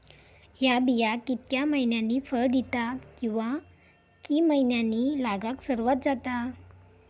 हया बिया कितक्या मैन्यानी फळ दिता कीवा की मैन्यानी लागाक सर्वात जाता?